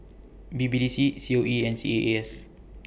B B D C C O E and C A A S